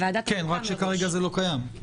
שלהם כי ברגע שזה כאן מאוד מאוד קשה לעצור את זה.